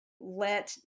let